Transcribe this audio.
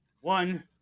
One